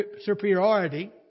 superiority